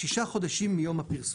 שישה חודשים מיום הפרסום.